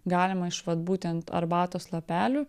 galima iš vat būtent arbatos lapelių